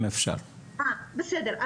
בסדר.